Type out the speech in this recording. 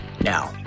Now